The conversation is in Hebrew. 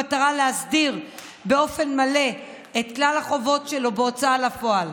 במטרה להסדיר באופן מלא את כלל החובות שלו בהוצאה לפועל.